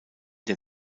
der